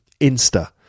Insta